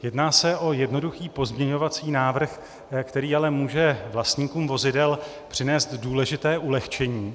Jedná se o jednoduchý pozměňovací návrh, který ale může vlastníkům vozidel přinést důležité ulehčení.